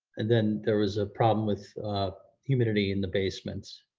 and then there was a problem with humidity in the basements.